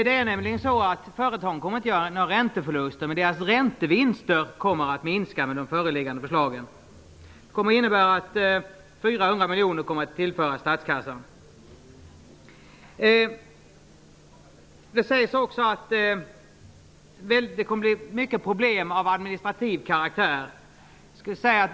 Det är nämligen så att företagen inte kommer att göra några ränteförluster, men deras räntevinster kommer att minska i och med de föreliggande förslagen. Det innebär att 400 miljoner kommer att tillföras statskassan. Det sägs också att det kommer att bli många problem av administrativ karaktär.